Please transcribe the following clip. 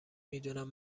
میدونم